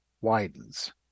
widens